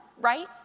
right